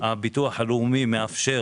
הביטוח הלאומי מאפשר